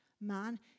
man